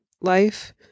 life